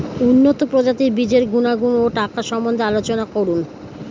উন্নত প্রজাতির বীজের গুণাগুণ ও টাকার সম্বন্ধে আলোচনা করুন